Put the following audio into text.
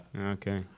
Okay